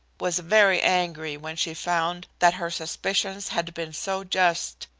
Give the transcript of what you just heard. was very angry when she found that her suspicions had been so just,